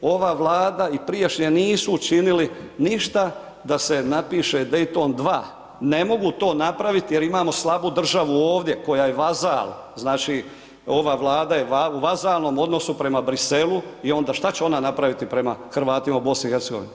Ova Vlada i prijašnje nisu učinili ništa da se napiše Dejton 2, ne mogu to napraviti jer imamo slabu državu ovdje koja je vazal, znači, ova Vlada je u vazalnom odnosu prema Briselu i onda šta će ona napraviti prema Hrvatima u BiH?